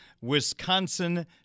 Wisconsin